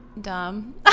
dumb